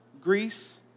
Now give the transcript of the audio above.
Greece